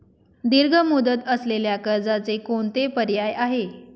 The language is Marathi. दीर्घ मुदत असलेल्या कर्जाचे कोणते पर्याय आहे?